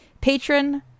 Patron